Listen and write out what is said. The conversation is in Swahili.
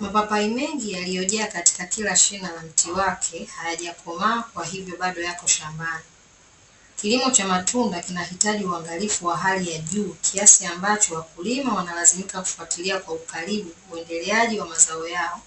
Mapapai mengi yaliyojaa katika kila shina la mti wake, hayajakomaa kwa hivyo bado yako shambani. Kilimo cha matunda kinahitaji uangalifu wa hali ya juu kiasi ambacho wakulima wanalazimika kufwatilia kwa ukaribu uendeleaji wa mazao yao,